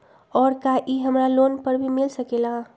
और का इ हमरा लोन पर भी मिल सकेला?